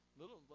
little